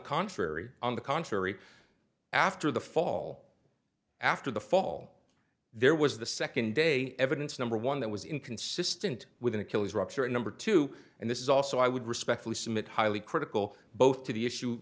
contrary on the contrary after the fall after the fall there was the second day evidence number one that was inconsistent with an achilles rupture at number two and this is also i would respectfully submit highly critical both to the issue